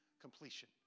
completion